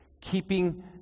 keeping